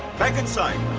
back inside.